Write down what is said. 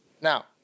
Now